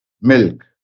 milk